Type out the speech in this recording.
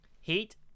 heat